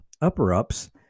upper-ups